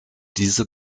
diese